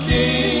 King